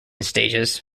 stages